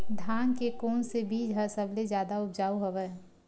धान के कोन से बीज ह सबले जादा ऊपजाऊ हवय?